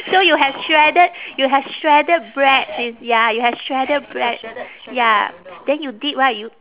so you have shredded you have shredded bread with ya you have shredded bread ya then you dip right you